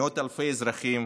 מאות אלפי אזרחים